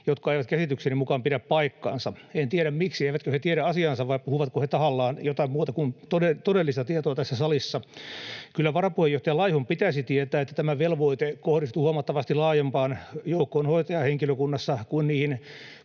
jotka eivät käsitykseni mukaan pidä paikkaansa. En tiedä, miksi. Eivätkö he tiedä asiaansa, vai puhuvatko he tahallaan jotakin muuta kuin todellista tietoa tässä salissa? Kyllä varapuheenjohtaja Laihon pitäisi tietää, että tämä velvoite kohdistuu huomattavasti laajempaan joukkoon hoitajahenkilökunnassa kuin niihin